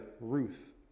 Ruth